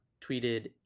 tweeted